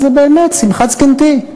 אז באמת "שמחת זקנתי",